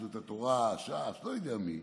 יהדות התורה, ש"ס, לא יודע מי,